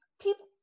people